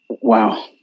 Wow